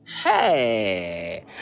Hey